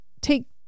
take